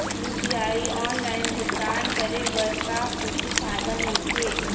UPI online भुगतान करे बर का कुछू फायदा मिलथे?